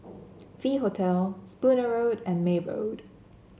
V Hotel Spooner Road and May Road